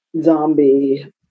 zombie